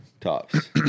Tops